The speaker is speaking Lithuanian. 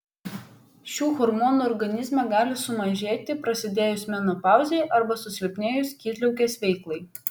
šių hormonų organizme gali sumažėti prasidėjus menopauzei arba susilpnėjus skydliaukės veiklai